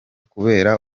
kubera